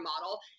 model